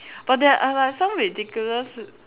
but there are like some ridiculous